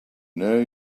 know